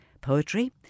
poetry